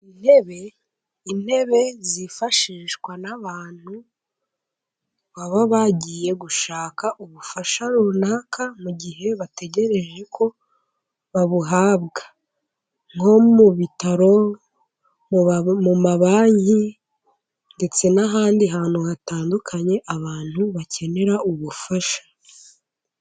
Intebe, intebe zifashishwa n'abantu baba bagiye gushaka ubufasha runaka, mu gihe bategereje ko babuhabwa nko mu bitaro, mu mabanki ndetse n'ahandi hantu hatandukanye, abantu bakenera ubufasha.